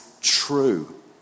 true